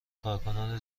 کارکنان